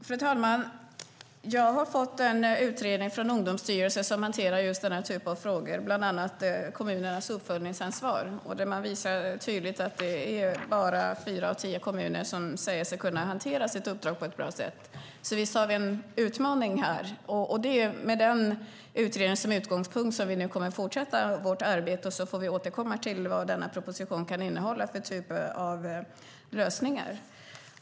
Fru talman! Jag har fått en utredning från Ungdomsstyrelsen som hanterar just denna typ av frågor, bland annat kommunernas uppföljningsansvar. Man visar tydligt att bara fyra av tio kommuner säger sig kunna hantera sitt uppdrag på ett bra sätt, så visst har vi en utmaning här. Med den här utredningen som utgångspunkt kommer vi nu att fortsätta vårt arbete. Sedan får vi återkomma till vad för typ av lösningar som propositionen kan innehålla.